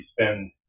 spend